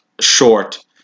short